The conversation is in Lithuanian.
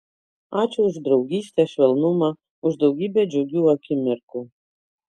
ačiū už draugystę švelnumą už daugybę džiugių akimirkų